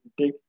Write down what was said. take